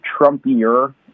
Trumpier